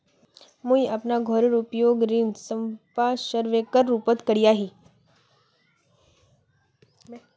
मुई अपना घोरेर उपयोग ऋण संपार्श्विकेर रुपोत करिया ही